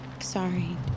Sorry